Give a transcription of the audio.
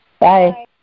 Bye